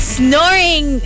snoring